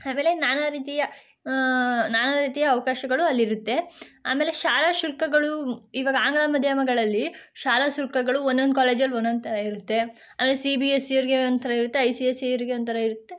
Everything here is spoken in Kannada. ಆಮೇಲೆ ನಾನಾ ರೀತಿಯ ನಾನಾ ರೀತಿಯ ಅವಕಾಶಗಳು ಅಲ್ಲಿರುತ್ತೆ ಆಮೇಲೆ ಶಾಲಾ ಶುಲ್ಕಗಳು ಇವಾಗ ಆಂಗ್ಲ ಮಾಧ್ಯಮಗಳಲ್ಲಿ ಶಾಲಾ ಶುಲ್ಕಗಳು ಒಂದೊಂದು ಕಾಲೇಜಲ್ಲಿ ಒಂದೊಂದು ಥರ ಇರುತ್ತೆ ಆಮೇಲೆ ಸಿ ಬಿ ಎಸ್ ಸಿಯವ್ರಿಗೆ ಒಂಥರ ಇರುತ್ತೆ ಐ ಸಿ ಎಸ್ ಸಿಯವ್ರಿಗೆ ಒಂಥರ ಇರುತ್ತೆ